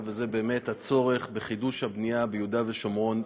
זה באמת הצורך בחידוש הבנייה ביהודה ושומרון,